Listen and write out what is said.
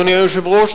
אדוני היושב-ראש,